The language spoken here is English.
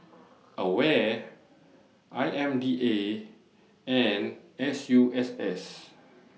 AWARE I M D A and S U S S